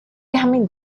coming